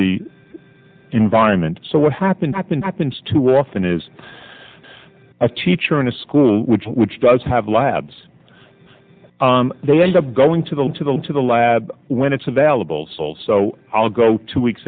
the environment so what happened happened happens too often is a teacher in a school which which does have labs they end up going to go to the to the lab when it's available sol so i'll go two weeks